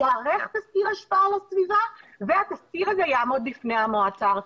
ייערך תסקיר השפעה על הסביבה והתסקיר הזה יעמוד בפני המועצה הארצית.